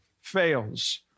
fails